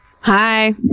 Hi